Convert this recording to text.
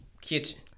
Kitchen